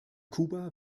kuba